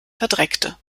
verdreckte